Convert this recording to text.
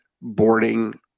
boarding